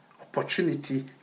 Opportunity